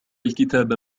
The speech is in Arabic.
الكتاب